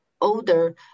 older